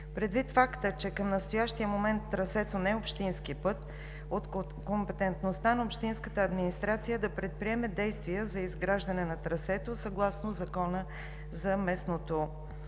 Предвид факта, че към настоящия момент трасето не е общински път, от компетентността на общинската администрация е да предприеме действия за изграждане на трасето съгласно Закона за местното